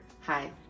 hi